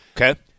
Okay